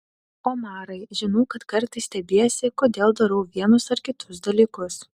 omarai žinau kad kartais stebiesi kodėl darau vienus ar kitus dalykus